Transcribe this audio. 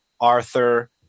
Arthur